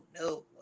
no